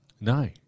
No